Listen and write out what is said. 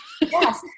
Yes